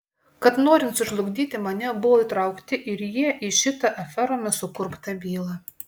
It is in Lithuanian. kad norint sužlugdyti mane buvo įtraukti ir jie į šitą aferomis sukurptą bylą